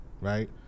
right